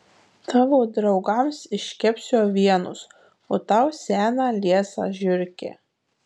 tavo draugams iškepsiu avienos o tau seną liesą žiurkę